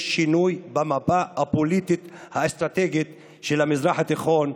יהיה שינוי במפה הפוליטית האסטרטגית של המזרח התיכון,